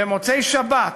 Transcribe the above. במוצאי-שבת,